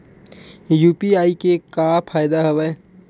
UPI के का फ़ायदा हवय?